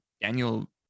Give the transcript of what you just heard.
daniel